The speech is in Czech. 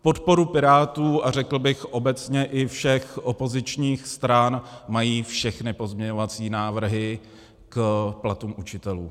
Podporu Pirátů, a řekl bych obecně i všech opozičních stran, mají všechny pozměňovací návrhy k platům učitelů.